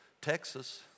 Texas